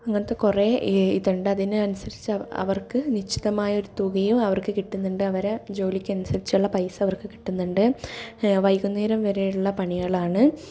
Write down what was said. അങ്ങനത്തെ കുറെ ഇതുണ്ട് അതിനനുസരിച്ച് അവർക്ക് നിശ്ചിതമായ ഒരു തുകയും അവർക്ക് കിട്ടുന്നുണ്ട് അവർക്ക് അവരുടെ ജോലിക്കനുസരിച്ചുള്ള പൈസ അവർക്ക് കിട്ടുന്നുണ്ട് വൈകുന്നേരം വരെയുള്ള പണികളാണ്